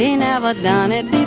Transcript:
never done it